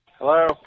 Hello